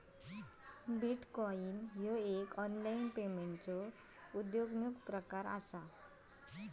bitcoin ह्यो एक online पेमेंटचो उद्योन्मुख प्रकार असा